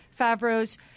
Favreau's